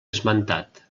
esmentat